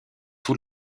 tout